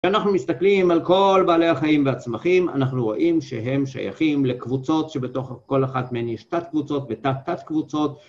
כשאנחנו מסתכלים על כל בעלי החיים והצמחים, אנחנו רואים שהם שייכים לקבוצות שבתוך כל אחת מהן יש תת-קבוצות ותת-תת-קבוצות.